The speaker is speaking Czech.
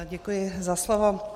Děkuji za slovo.